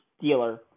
dealer